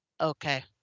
Okay